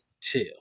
Chill